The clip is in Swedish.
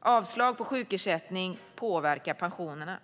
Avslag på sjukersättning påverkar pensionerna.